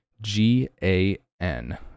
G-A-N